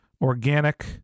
Organic